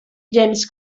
james